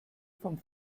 vom